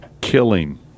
killing